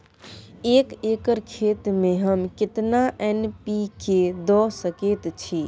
एक एकर खेत में हम केतना एन.पी.के द सकेत छी?